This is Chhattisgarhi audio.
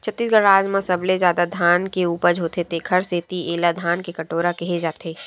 छत्तीसगढ़ राज म सबले जादा धान के उपज होथे तेखर सेती एला धान के कटोरा केहे जाथे